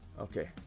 Okay